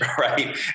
Right